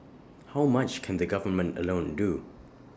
how much can the government alone do